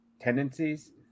tendencies